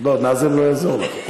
נאזם לא יעזור לך פה.